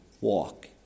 walk